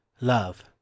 Love